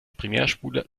primärspule